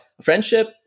Friendship